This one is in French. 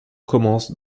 commence